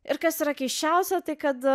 ir kas yra keisčiausia tai kad